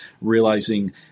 realizing